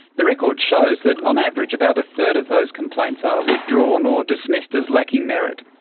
the record shows that on average about a third of those complaints are withdrawn or dismissed as lacking merit.